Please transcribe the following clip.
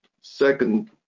second